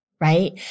right